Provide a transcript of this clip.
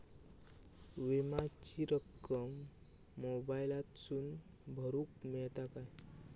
विमाची रक्कम मोबाईलातसून भरुक मेळता काय?